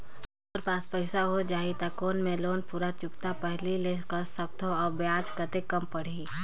मोर पास पईसा हो जाही त कौन मैं लोन पूरा चुकता पहली ले कर सकथव अउ ब्याज कतेक कम पड़ही?